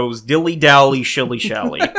dilly-dally-shilly-shally